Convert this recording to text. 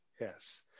yes